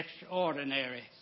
extraordinary